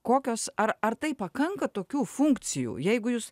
kokios ar ar tai pakanka tokių funkcijų jeigu jūs